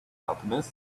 alchemist